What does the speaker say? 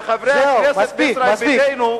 ראוי לכל גינוי.